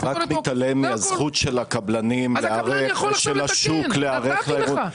אתה רק מתעלם מהזכות של הקבלנים להיערך ושל השוק להיערך לאירועים.